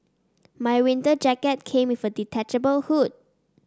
my winter jacket came with a detachable hood